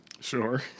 Sure